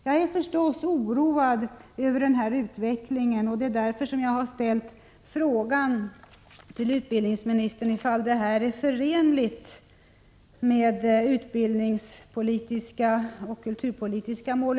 Jag är naturligtvis oroad över denna utveckling, och det är därför som jag har ställt frågan till kulturministern, om detta är förenligt med utbildningsoch kulturpolitiska mål.